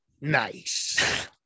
Nice